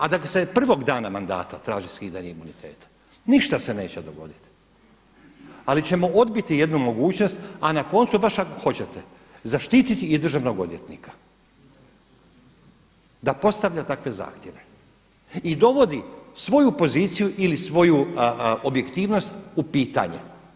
A da se prvog dana mandata traži skidanje imuniteta, ništa se neće dogoditi ali ćemo odbiti jednu mogućnost, a na koncu ako baš hoćete zaštititi i držanog odvjetnika da postavlja takve zahtjeve i dovodi svoju poziciju ili svoju objektivnost u pitanje.